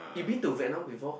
you've been to Vietnam before